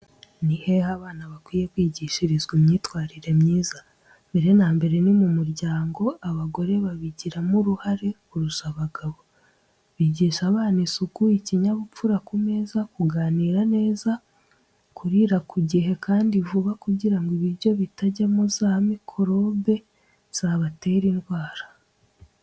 Ni hehe abana bakwiye kwigishirizwa imyitwarire myiza? Mbere na mbere ni mu muryango, abagore babigiramo uruhare kurusha abagabo; bigisha abana isuku, ikinyabupfura ku meza, kuganira neza, kurira ku gihe kandi vuba kugira ngo ibiryo bitajyamo za mikoroba zabatera indwara.